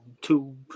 two